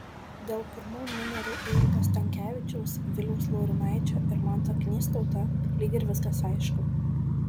dėl pirmų numerių eivydo stankevičiaus viliaus laurinaičio ir manto knystauto lyg ir viskas aišku